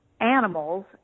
animals